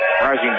rising